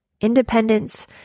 Independence